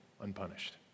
unpunished